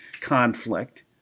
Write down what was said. conflict